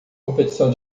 competição